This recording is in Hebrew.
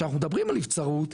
שאנחנו מדברים עליו נבצרות,